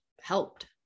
helped